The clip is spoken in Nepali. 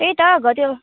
त्यही त घ त्यो